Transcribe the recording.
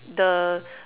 the